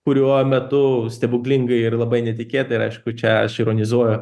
kurio metu stebuklingai ir labai netikėtai ir aišku čia aš ironizuoju